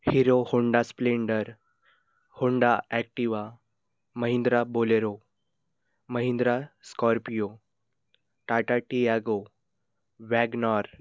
hero Honda Splendor Honda Activa Mahindra Bolero Mahindra Scorpio Tata Tiago Wagon R